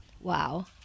Wow